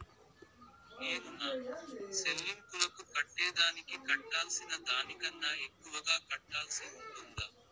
నేను నా సెల్లింపులకు కట్టేదానికి కట్టాల్సిన దానికన్నా ఎక్కువగా కట్టాల్సి ఉంటుందా?